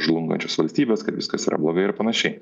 žlungančios valstybės kad viskas yra blogai ir panašiai